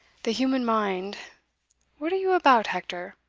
the human mind what are you about, hector?